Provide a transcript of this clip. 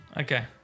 Okay